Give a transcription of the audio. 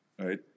right